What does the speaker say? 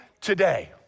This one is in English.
today